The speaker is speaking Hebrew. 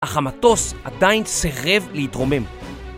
אך המטוס עדיין סירב להתרומם.